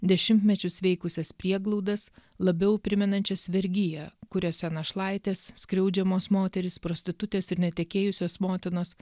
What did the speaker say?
dešimtmečius veikusias prieglaudas labiau primenančias vergiją kuriose našlaitės skriaudžiamos moterys prostitutės ir netekėjusios motinos